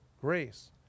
grace